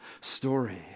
story